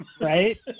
Right